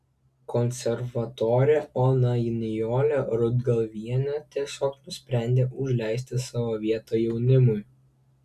konservatorė ona nijolė rudgalvienė tiesiog nusprendė užleisti savo vietą jaunimui